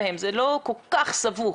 זה לא כל כך סבוך.